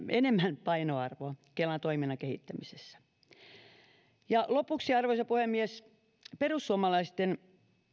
enemmän painoarvoa kelan toiminnan kehittämisessä lopuksi arvoisa puhemies perussuomalaisten